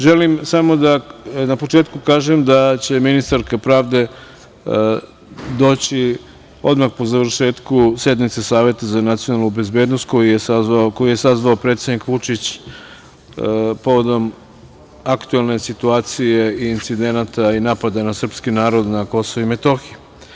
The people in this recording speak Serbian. Želim na početku da kažem da će ministarka pravde doći odmah po završetku sednice Saveta za nacionalnu bezbednosti, koji je sazvao predsednik Vučić povodom aktuelne situacije, incidenata i napada na srpski narod na Kosovu i Metohiji.